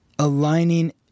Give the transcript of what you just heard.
Aligning